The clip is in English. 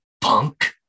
punk